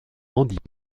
rendit